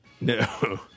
No